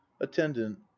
attendant